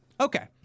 okay